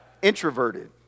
introverted